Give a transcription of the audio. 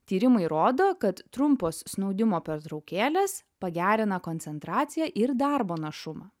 tyrimai rodo kad trumpos snaudimo pertraukėlės pagerina koncentraciją ir darbo našumą